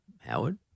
Howard